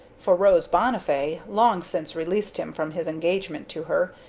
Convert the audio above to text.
for rose bonnifay long since released him from his engagement to her,